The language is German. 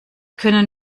können